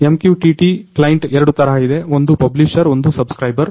MQTT client ಎರಡು ತರಹ ಇದೆ ಒಂದು ಪಬ್ಲಿಷರ್ ಒಂದು ಸಬ್ಸ್ಕ್ರಿಬರ್